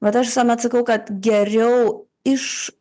bet aš visuomet sakau kad geriau iš